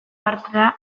bartra